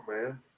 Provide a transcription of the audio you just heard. man